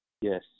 Yes